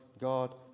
God